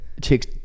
Chicks